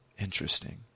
Interesting